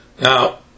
Now